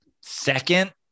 second